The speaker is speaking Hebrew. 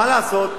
מה לעשות?